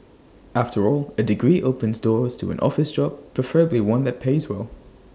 after all A degree opens doors to an office job preferably one that pays well